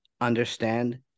Understand